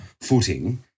footing